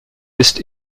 ist